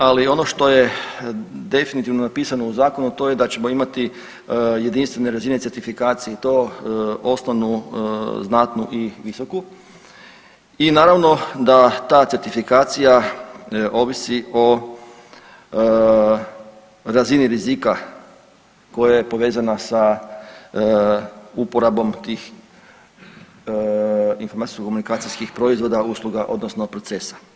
Ali ono što je definitivno napisano u zakonu, a to je da ćemo imati jedinstvene razine certifikacije i to osnovnu, znatnu i visoku i naravno da ta certifikacija ovisi o razini rizika koja je povezana sa uporabom tih informacijsko-komunikacijskih proizvoda, usluga odnosno procesa.